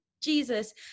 jesus